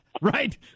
Right